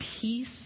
peace